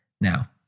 Now